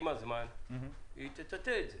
עם הזמן היא תטאטא את זה.